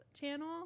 channel